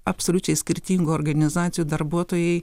absoliučiai skirtingų organizacijų darbuotojai